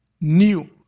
new